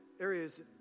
areas